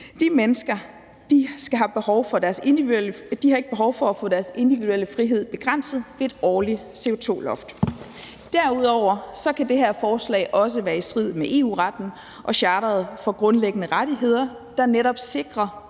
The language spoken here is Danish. De mennesker har ikke behov for at få deres individuelle frihed begrænset ved et årligt CO2-loft. Derudover kan det her forslag også være i strid med EU-retten og charteret om grundlæggende rettigheder, der netop sikrer